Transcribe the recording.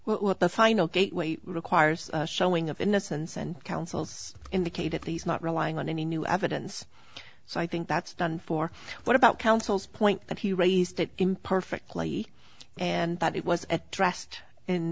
with the final gateway requires a showing of innocence and counsels indicate if he's not relying on any new evidence so i think that's done for what about counsel's point that he raised it imperfectly and that it was addressed in